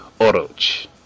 Oroch